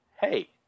Hey